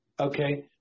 Okay